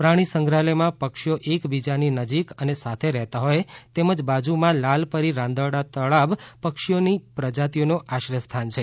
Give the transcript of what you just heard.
પ્રાણી સંગ્રહાલયમાં પક્ષીઓ એકબીજાની નજીક અને સાથે રહેતા હોય તેમજ બાજુમાં લાલપરી રાંદરડા તળાવ પક્ષીઓની પ્રજાતિનું આશ્રયસ્થાન છે